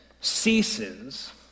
ceases